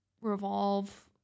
revolve